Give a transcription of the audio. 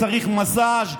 צריך מסז',